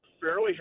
fairly